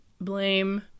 blame